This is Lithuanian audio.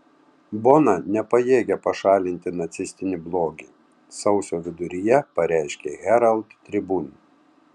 bona nepajėgia pašalinti nacistinį blogį sausio viduryje pareiškė herald tribune